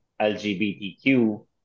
LGBTQ